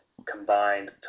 combined